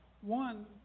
One